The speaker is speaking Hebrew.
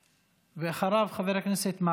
ואחריו, חבר הכנסת מרגי.